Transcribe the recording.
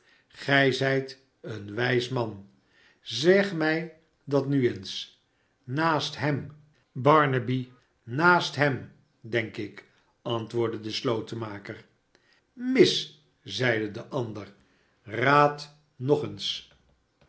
gij zijt een wijs man zeg mij dat nu eens naast hem barnaby naast hem denk ik antwoordde ie slotenmaker mis zeide de ander sraad nog eens